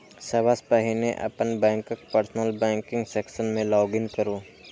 सबसं पहिने अपन बैंकक पर्सनल बैंकिंग सेक्शन मे लॉग इन करू